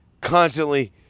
constantly